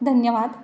धन्यवाद